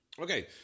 Okay